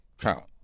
count